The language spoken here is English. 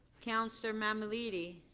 counselor mammoliti.